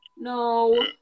No